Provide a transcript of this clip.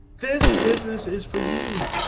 this business is for you.